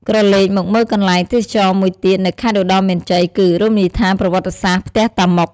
ក្រឡេកមកមើលកន្លែងទេសចរមួយទៀតនៅខេត្តឧត្តរមានជ័យគឺ រមនីយដ្ឋានប្រវត្តិសាស្ត្រ ផ្ទះតាម៉ុក។